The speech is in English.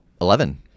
Eleven